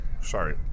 Sorry